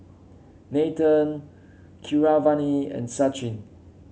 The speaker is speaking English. Nathan Keeravani and Sachin